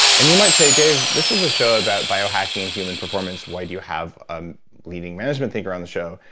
and you might say, dave, this is a show about bio-hacking human performance. why do you have a leading management thinker on the show?